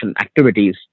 activities